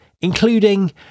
including